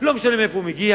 לא משנה מאיפה הוא מגיע,